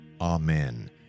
Amen